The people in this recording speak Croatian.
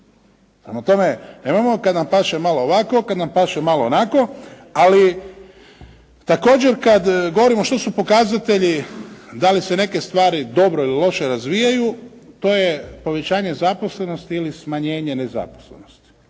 Prema tome, nemojmo kad nam paše malo ovako, kad nam paše malo onako, ali također kad govorimo što su pokazatelji da li se neke stvari dobro ili loše razvijaju, to je povećanje zaposlenosti ili smanjenje nezaposlenosti